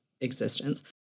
existence